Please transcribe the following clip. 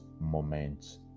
moment